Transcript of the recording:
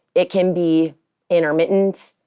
it can be intermittent,